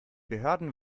behörden